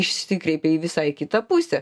išsikreipia į visai kitą pusę